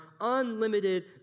unlimited